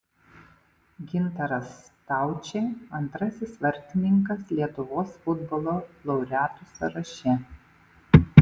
gintaras staučė antrasis vartininkas lietuvos futbolo laureatų sąraše